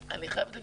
אני חייבת להגיד,